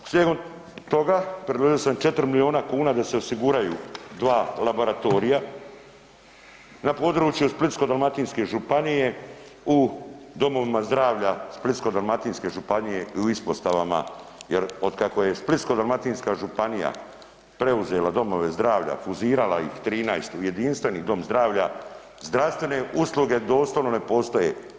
Slijedom toga predložio sam 4 milijuna kuna da se osiguraju dva laboratorija na području Splitsko-dalmatinske županije u domovima zdravlja Splitsko-dalmatinske županije i u ispostavama jer od kada je Splitsko-dalmatinska županija preuzela domove zdravlja, … [[ne razumije se]] ih 13 u jedinstveni dom zdravlja zdravstvene usluge doslovno ne postoje.